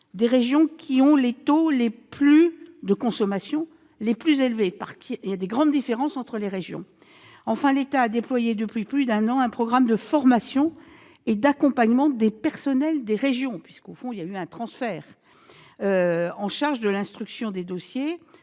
des régions qui ont les taux de consommation les plus élevés- il existe de grandes différences entre les régions. Enfin, l'État a déployé depuis plus d'un an un programme de formation et d'accompagnement des personnels des régions chargés de l'instruction des dossiers.